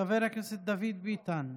חבר הכנסת דוד ביטן.